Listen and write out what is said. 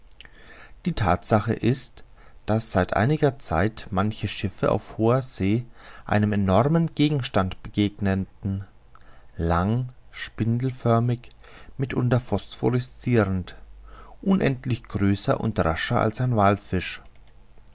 die thatsache ist daß seit einiger zeit manche schiffe auf hoher see einem enormen gegenstand begegneten lang spindelförmig mitunter phosphorrescirend unendlich größer und rascher als ein wallfisch